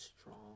strong